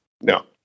No